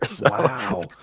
Wow